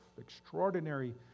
extraordinary